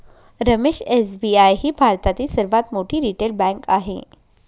Ramesh SBI ही भारतातील सर्वात मोठी रिटेल बँक आहे